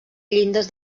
llindes